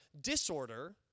disorder